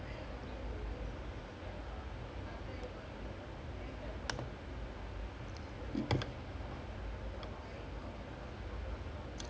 but that day we should've stayed lah I mean I feel like we should've like the atmosphere would've been insane just that I think அந்த அந்த நேரத்துல:antha antha nerathula our parents won't allow right they will they will will your parents allow